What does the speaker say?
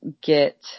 get